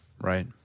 Right